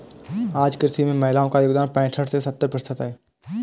आज कृषि में महिलाओ का योगदान पैसठ से सत्तर प्रतिशत है